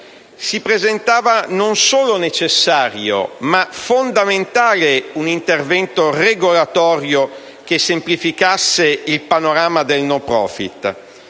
si presentava non solo necessario, ma fondamentale un intervento regolatorio che semplificasse il panorama del *no profit*,